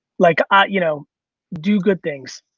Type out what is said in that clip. like ah you know do good things,